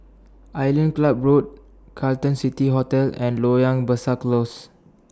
Island Club Road Carlton City Hotel and Loyang Besar Close